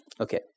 Okay